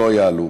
לא יעלו.